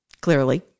clearly